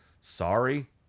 sorry